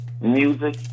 music